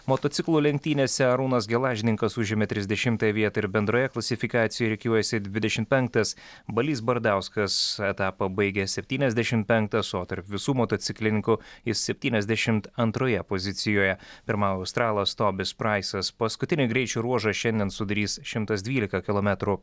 motociklų lenktynėse arūnas gelažninkas užėmė trisdešimtą vietą ir bendroje klasifikacijoje rikiuojasi dvidešim penktas balys bardauskas etapą baigė septyniasdešim penktas o tarp visų motociklininkų jis septyniasdešimt antroje pozicijoje pirmauja australas tobis praisas paskutinį greičio ruožą šiandien sudarys šimtas dvylika kilometrų